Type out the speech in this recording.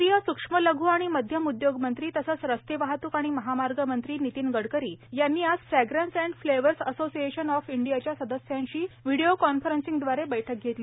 केंद्रीय सूक्ष्म लघ् आणि मध्यम उद्योग मंत्री तसेच रस्ते वाहतूक आणि महामार्ग मंत्री नितीन गडकरी यांनी आज fragrance and flavours association of इंडियाच्या सदस्यांशी व्हिडिओ कॉन्फरन्सिंगदवारे बैठक घेतली